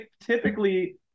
typically